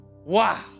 wow